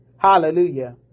Hallelujah